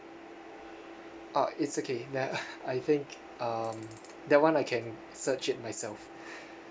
uh it's okay ya I think um that [one] I can search it myself